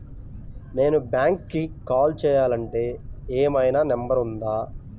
నేను బ్యాంక్కి కాల్ చేయాలంటే ఏమయినా నంబర్ ఉందా?